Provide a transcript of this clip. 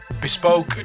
bespoke